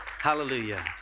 Hallelujah